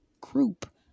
group